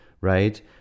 right